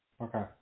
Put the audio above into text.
Okay